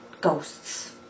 ghosts